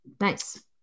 Nice